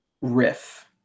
riff